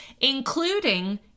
including